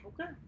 Okay